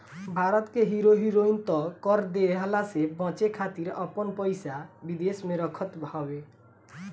भारत के hero heroine त कर देहला से बचे खातिर आपन पइसा विदेश में रखत हवे